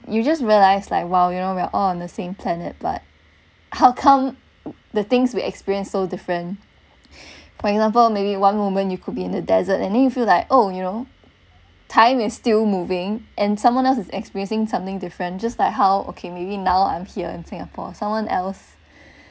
you just realize like while you know we're on the same planet but how come the things we experience so different for example maybe one woman you could be in the desert and you feel like oh you know time is still moving and someone else is experiencing something different just like how okay maybe now I'm here in singapore someone else